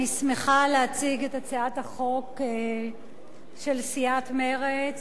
אני שמחה להציג את הצעת החוק של סיעת מרצ,